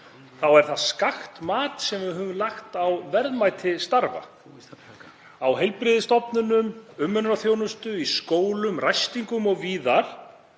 er það skakkt mat sem við höfum lagt á verðmæti starfa. Á heilbrigðisstofnunum, í umönnun og þjónustu, í skólum, ræstingum og víðar,